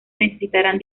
necesitarán